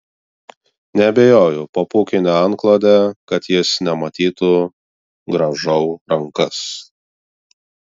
neabejoju po pūkine antklode kad jis nematytų grąžau rankas